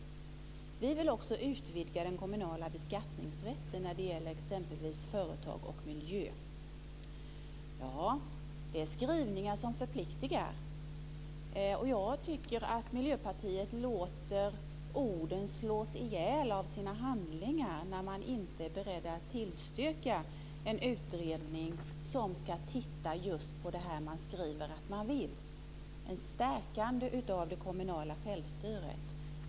Vi vill också utvidga den kommunala beskattningsrätten när det gäller exempelvis företag och miljö. Ja, det är skrivningar som förpliktigar. Jag tycker att Miljöpartiet låter orden slås ihjäl av sina handlar när man inte är beredd att tillstyrka en utredning som ska titta just på det som man skriver att man vill ha, ett stärkande av det kommunala självstyret.